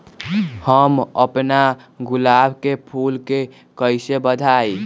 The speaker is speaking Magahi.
हम अपना गुलाब के फूल के कईसे बढ़ाई?